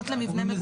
מגורים.